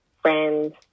friends